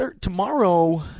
tomorrow